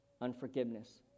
unforgiveness